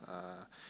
uh